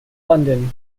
london